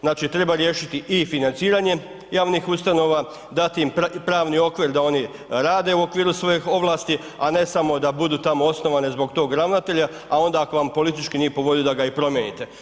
Znači treba riješiti i financiranje javnih ustanova, dati im pravni okvir da oni rade u okviru svojih ovlasti a ne samo da budu tamo osnovane zbog tog ravnatelja a onda ako vam politički nije po volji, da ga i promijenite.